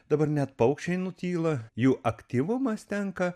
dabar net paukščiai nutyla jų aktyvumas tenka